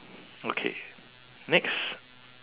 okay next